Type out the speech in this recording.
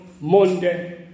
Monday